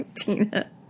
Tina